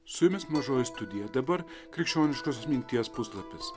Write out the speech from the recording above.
su jumis mažoji studija dabar krikščioniškosios minties puslapis